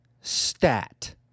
Stat